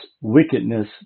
wickedness